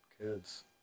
kid's